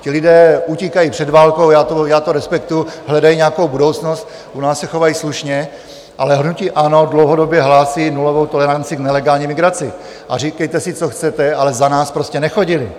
Ti lidé utíkají před válkou, já to respektuji, hledají nějakou budoucnost, u nás se chovají slušně, ale hnutí ANO dlouhodobě hlásí nulovou toleranci k nelegální migraci a říkejte si, co chcete, ale za nás prostě nechodili.